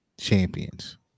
champions